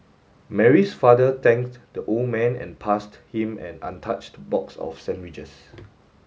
Mary's father thanked the old man and passed him an untouched box of sandwiches